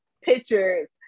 pictures